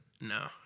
No